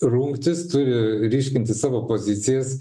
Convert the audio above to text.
rungtis turi ryškinti savo pozicijas